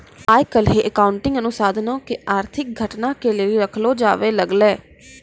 आइ काल्हि अकाउंटिंग अनुसन्धानो के आर्थिक घटना के लेली रखलो जाबै लागलै